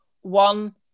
one